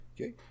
Okay